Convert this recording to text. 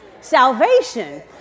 salvation